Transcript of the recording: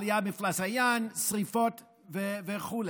עליית מפלס הים, שרפות וכו'.